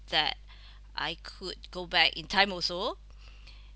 that I could go back in time also